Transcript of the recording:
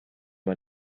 man